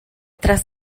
tras